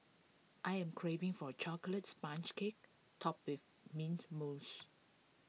I am craving for A Chocolate Sponge Cake Topped with Mint Mousse